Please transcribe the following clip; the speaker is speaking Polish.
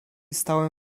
stałem